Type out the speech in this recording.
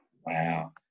Wow